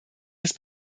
des